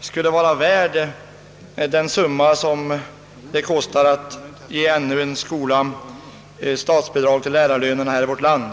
skulle vara värd den summa som det kostar att ge ännu en skola här i vårt land statsbidrag för lärarlönerna.